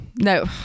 no